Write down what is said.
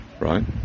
right